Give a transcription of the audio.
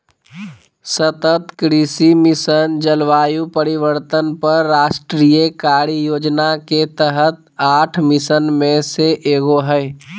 सतत कृषि मिशन, जलवायु परिवर्तन पर राष्ट्रीय कार्य योजना के तहत आठ मिशन में से एगो हइ